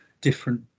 different